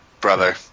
brother